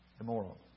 immoral